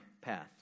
path